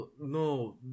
no